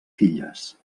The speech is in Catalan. filles